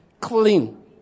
clean